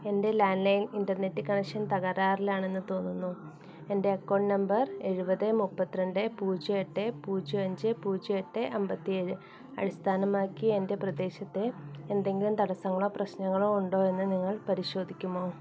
എൻറ്റെ landline internet connection തകരാറിലാണെന്ന് തോന്നുന്നു എൻറ്റെ അക്കൗണ്ട് നമ്പർ എഴുപത് മുപ്പത്തിരണ്ട് പൂജ്യം എട്ട് പൂജ്യം അഞ്ച് പൂജ്യം എട്ട് അമ്പത്തിയേഴ് അടിസ്ഥാനമാക്കി എൻറ്റെ പ്രദേശത്തെ എന്തെങ്കിലും തടസ്സങ്ങളോ പ്രശ്നങ്ങളോ ഉണ്ടോ എന്ന് നിങ്ങൾ പരിശോധിക്കുമോ